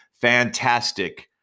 fantastic